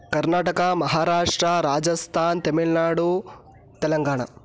कर्नाटकं महाराष्ट्रं राजस्थान् तमिल्नाडु तेलङ्गाणा